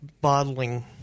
bottling